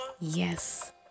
Yes